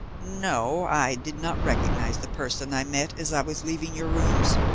no, i did not recognize the person i met as i was leaving your rooms.